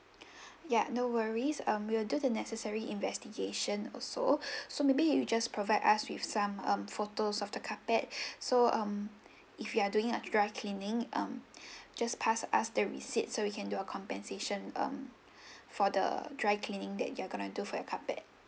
ya no worries um we will do the necessary investigation also so maybe you just provide us with some um photos of the carpet so um if you are doing a dry cleaning um just pass us the receipt so we can do a compensation um for the dry cleaning that you are gonna do for your carpet